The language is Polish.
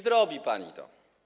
Zrobi pani to.